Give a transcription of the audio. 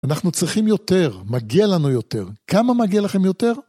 אנחנו צריכים יותר, מגיע לנו יותר, כמה מגיע לכם יותר?